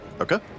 Okay